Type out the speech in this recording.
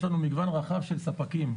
יש לנו מגוון רחב של ספקים,